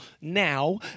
now